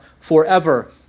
forever